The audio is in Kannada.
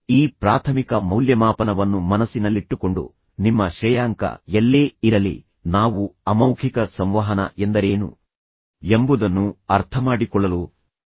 ಈ ಪ್ರಾಥಮಿಕ ಮೌಲ್ಯಮಾಪನವನ್ನು ಮನಸ್ಸಿನಲ್ಲಿಟ್ಟುಕೊಂಡು ನಿಮ್ಮ ಶ್ರೇಯಾಂಕ ಎಲ್ಲೇ ಇರಲಿ ನಾವು ಅಮೌಖಿಕ ಸಂವಹನ ಎಂದರೇನು ಎಂಬುದನ್ನು ಅರ್ಥಮಾಡಿಕೊಳ್ಳಲು ಪ್ರಯತ್ನಿಸೋಣ